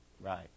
Right